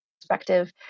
perspective